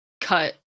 cut